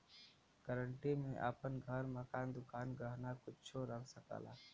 guarantee में आपन घर, मकान, दुकान, गहना कुच्छो रख सकला